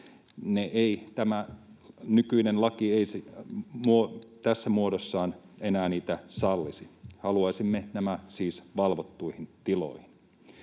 nykyinen laki tässä muodossaan, enää niitä sallisi. Haluaisimme nämä siis valvottuihin tiloihin.